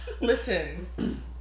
Listen